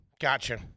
Gotcha